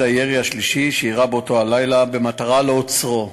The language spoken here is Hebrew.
הירי השלישי שאירע באותו הלילה במטרה לעוצרו,